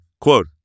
Quote